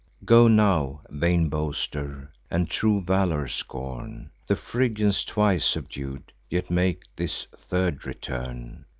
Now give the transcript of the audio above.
go now, vain boaster, and true valor scorn! the phrygians, twice subdued, yet make this third return.